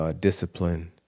Discipline